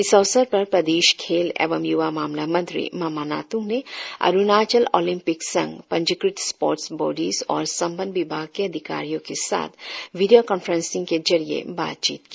इस अवसर पर प्रदेश खेल एवं य्वा मामला मंत्री मामा नात्ग ने अरुणाचल ऑलिम्पिक संघ पंजीकृत स्पोर्ट्स बॉडिस और संबद्ध विभाग के अधिकारियों के साथ वीडियो कांफ्रेसिंग के जरिए बातचित की